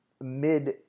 Mid